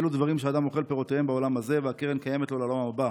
אלו דברים שאדם אוכל פירותיהם בעולם הזה והקרן קיימת לו לעולם הבא: